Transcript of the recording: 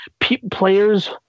players